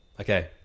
Okay